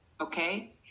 okay